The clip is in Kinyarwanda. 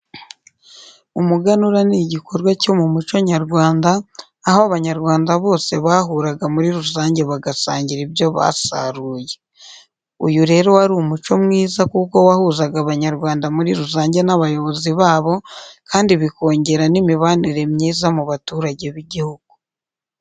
Umuganura ni igikorwa cyo mu muco nyarwanda, aho abanyarwanda bose bahuraga muri rusange bagasangira ibyo basaruye. Uyu rero wari umuco mwiza kuko wahuzaga abanyarwanda muri rusange n'abayobozi babo, kandi bikongera n'imibanire myiza mu baturage b'igihugu.